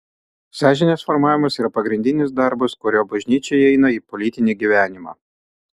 sąžinės formavimas yra pagrindinis darbas kuriuo bažnyčia įeina į politinį gyvenimą